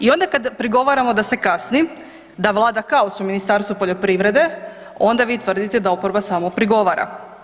I onda kada prigovaramo da se kasni, da vlada kaos u Ministarstvu poljoprivrede, onda vi tvrdite da oporba samo prigovara.